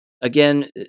Again